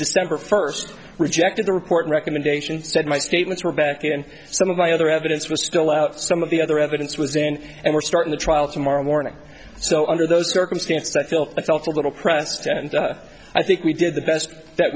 december first rejected the report recommendation said my statements were vetted and some of my other evidence was still out some of the other evidence was in and we're starting the trial tomorrow morning so under those circumstances i felt i felt a little pressed and i think we did the best that